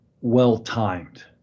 well-timed